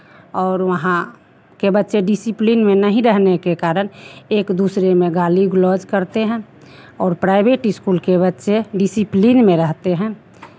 और वहाँ के बच्चे डिसिप्लिन में नहीं रहने के कारण एक दूसरे में गाली गलौज़ करते हैं और प्राइवेट स्कूल के बच्चे डिसिप्लिन में रहते हैं